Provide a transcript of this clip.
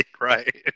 right